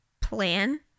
plan